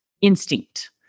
instinct